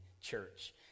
church